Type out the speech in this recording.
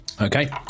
okay